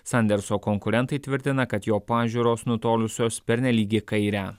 sanderso konkurentai tvirtina kad jo pažiūros nutolusios pernelyg į kairę